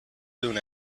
soon